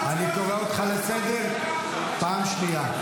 חבר הכנסת יוראי, אני קורא אותך לסדר בפעם השנייה.